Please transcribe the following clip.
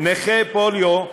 נכה פוליו,